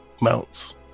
mounts